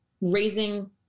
raising